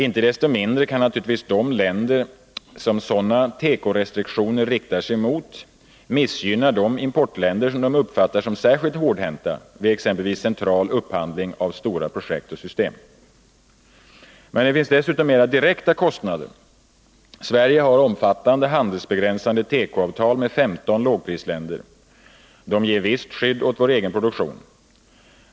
Inte desto mindre kan naturligtvis de länder som sådana tekorestriktioner riktar sig mot missgynna de importländer som de uppfattar som särskilt hårdhänta vid exempelvis central upphandling av stora projekt och system. Det finns dessutom mera direkta kostnader. Sverige har omfattande handelsbegränsande tekoavtal med 15 lågprisländer. De ger visst skydd åt vår egen produktion.